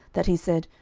that he said,